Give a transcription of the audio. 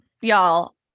y'all